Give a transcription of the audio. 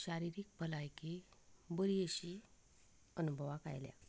शारिरीक भलायकी बरी अशी अनुभवाक आयल्या